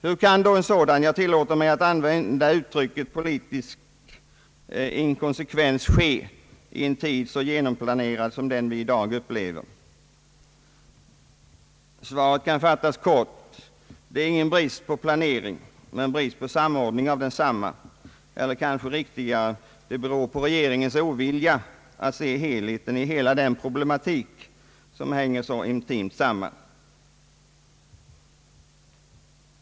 Hur kan då en sådan, jag tillåter mig använda uttrycket, politisk inkonsekvens ske i en tid så genomplanerad som vi i dag upplever? Svaret kan bli kort: Det är ingen brist på planering men brist på samordning av densamma, eller kanske riktigare uttryckt — det beror på regeringens ovilja att se helheten i den problematik som hänger så intimt samman.